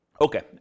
Okay